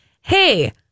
Hey